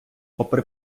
попри